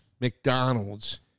McDonald's